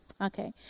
Okay